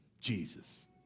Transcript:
Jesus